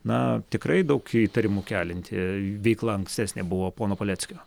na tikrai daug įtarimų kelianti veikla ankstesnė buvo pono paleckio